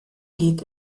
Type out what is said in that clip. geht